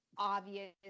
obvious